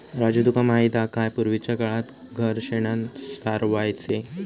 राजू तुका माहित हा काय, पूर्वीच्या काळात घर शेणानं सारवायचे